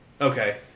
Okay